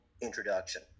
introduction